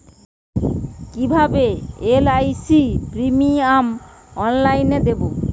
কিভাবে LIC premium অনলাইনে দেবো?